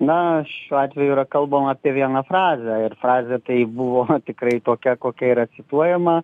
na šiuo atveju yra kalbama apie vieną frazę ir frazė tai buvo tikrai tokia kokia yra cituojama